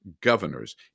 governors